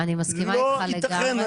לא ייתכן.